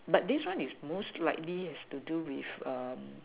but this one is most likely have to do with